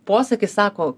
posakis sako